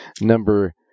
number